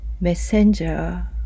messenger